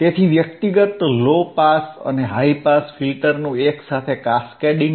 તેથી વ્યક્તિગત low pass અને હાઇ પાસ ફિલ્ટર્સનું એક સાથે કેસ્કેડીંગ લો